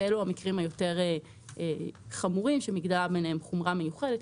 ואלו המקרים החמורים יותר --- בהם חומרה מיוחדת.